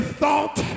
thought